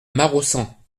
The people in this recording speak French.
maraussan